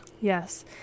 Yes